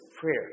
prayer